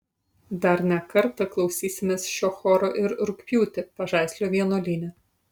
dar ne kartą klausysimės šio choro ir rugpjūtį pažaislio vienuolyne